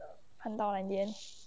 err 看到啊 in the end